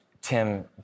Tim